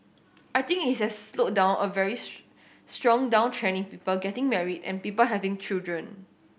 I didn't think it has slowed down a very strong downtrend in people getting married and people having children